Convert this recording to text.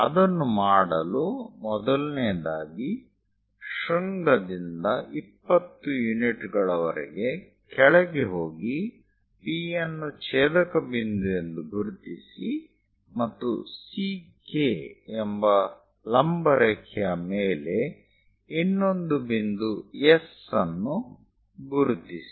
ಅದನ್ನು ಮಾಡಲು ಮೊದಲನೆಯದಾಗಿ ಶೃಂಗದಿಂದ 20 ಯೂನಿಟ್ ಗಳವರೆಗೆ ಕೆಳಗೆ ಹೋಗಿ P ಅನ್ನು ಛೇದಕ ಬಿಂದು ಎಂದು ಗುರುತಿಸಿ ಮತ್ತು CK ಲಂಬ ರೇಖೆಯ ಮೇಲೆ ಇನ್ನೊಂದು ಬಿಂದು S ಅನ್ನು ಗುರುತಿಸಿ